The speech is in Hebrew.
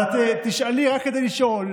אז את תשאלי רק כדי לשאול,